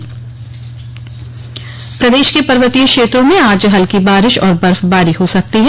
मौसम प्रदेश के पर्वतीय क्षेत्रों में आज हल्की बारिश और बर्फबारी हो सकती है